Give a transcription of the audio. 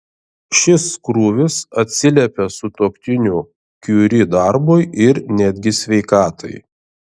šis krūvis atsiliepia sutuoktinių kiuri darbui ir netgi sveikatai